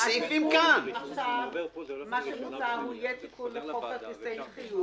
מה שמוצע עכשיו הוא תיקון לחוק כרטיסי חיוב.